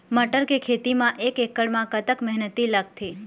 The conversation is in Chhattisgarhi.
मटर के खेती म एक एकड़ म कतक मेहनती लागथे?